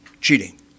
cheating